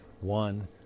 One